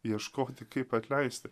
ieškoti kaip atleisti